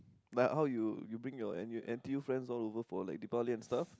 like how you you bring your N U N_T_U friends all over for like Diwali and stuff